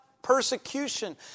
Persecution